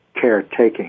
caretaking